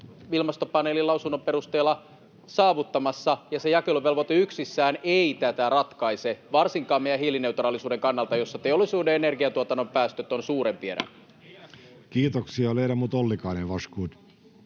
Ilmastopaneelin lausunnon perusteella saavuttamassa, [Saara Hyrkön välihuuto] ja se jakeluvelvoite yksistään ei tätä ratkaise — varsinkaan meidän hiilineutraalisuuden kannalta, jossa teollisuuden energiantuotannon päästöt ovat suurempi erä. [Suna Kymäläinen: Jokohan